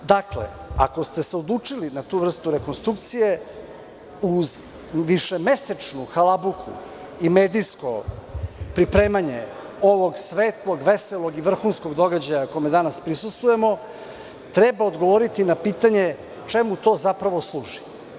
Dakle, ako ste se odlučili na tu vrstu rekonstrukcije uz višemesečnu halabuku i medijsko pripremanje ovog svetlog, veselog i vrhunskog događaja kome danas prisustvujemo, treba odgovoriti na pitanje čemu to služi.